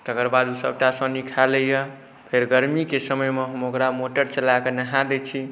तकर बाद ओ सबटा सानी खा लैए फेर गरमीके समयमे हम ओकरा मोटर चलाकऽ नहा दै छी